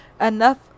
enough